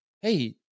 hey